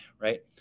right